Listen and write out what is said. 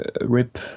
rip